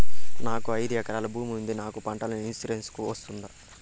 నాకు ఐదు ఎకరాల భూమి ఉంది నాకు పంటల ఇన్సూరెన్సుకు వస్తుందా?